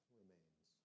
remains